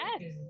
Yes